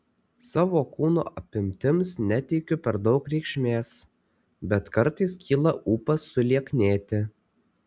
savo kūno apimtims neteikiu per daug reikšmės bet kartais kyla ūpas sulieknėti